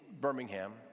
birmingham